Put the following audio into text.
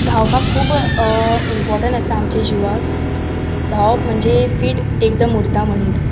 धांवपाक खूब इम्पोर्टंट आसा आमच्या जिवाक धांवप म्हणजे फीट एकदम उरता मनीस